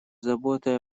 заботой